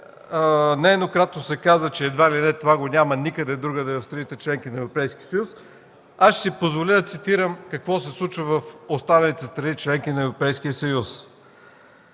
нееднократно се каза, че едва ли не това го няма никъде другаде в страните – членки на Европейския съюз, аз ще си позволя да цитирам какво се случва в останалите страни – членки на Европейския съюз.